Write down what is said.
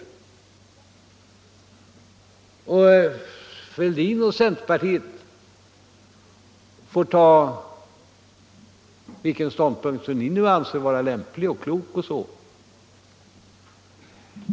Herr Fälldin och centerpartiet får inta den ståndpunkt de anser vara lämplig och klok.